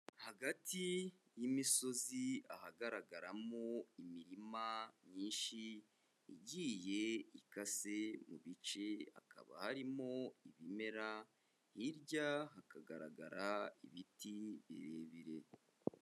Hagati y'imisozi ahagaragaramo imirima myinshi igiye ikase mu bice hakaba harimo ibimera, hirya hakagaragara ibiti birebire.